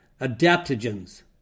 Adaptogens